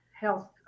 health